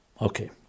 Okay